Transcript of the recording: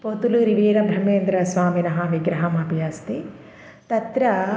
पोतुलुरिवेरब्रह्मेन्द्रस्वामिनः विग्रहमपि अस्ति तत्र